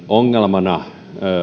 ongelmana